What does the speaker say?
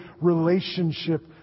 relationship